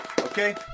Okay